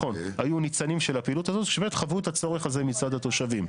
היו ניצנים של הפעילות הזאת שבאמת חוו את הצורך הזה מצד התושבים.